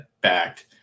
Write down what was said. backed